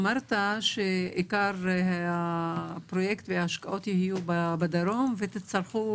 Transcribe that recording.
אמרת שעיקר הפרויקט וההשקעות יהיו בדרום ותצטרכו